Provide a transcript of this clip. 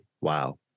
wow